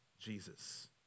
Jesus